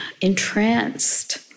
entranced